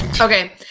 Okay